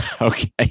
Okay